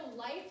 life